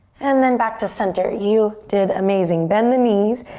and then back to center. you did amazing. bend the knees.